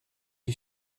you